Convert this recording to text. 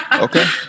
Okay